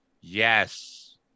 Yes